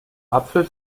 apfel